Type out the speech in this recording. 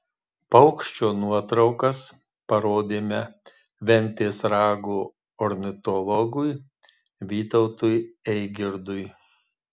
paukščio nuotraukas parodėme ventės rago ornitologui vytautui eigirdui